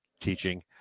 teaching